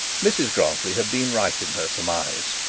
mrs grantly had been right in her surmise.